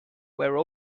were